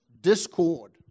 discord